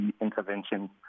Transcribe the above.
interventions